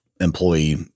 employee